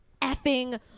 effing